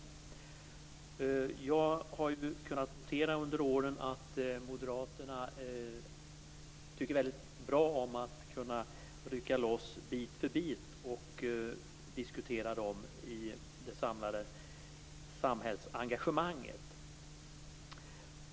Under åren har jag kunnat notera att Moderaterna tycker väldigt bra om att kunna rycka loss bit för bit och diskutera dem i det samlade samhällsengagemanget.